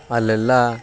ಅಲ್ಲೆಲ್ಲ